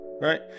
right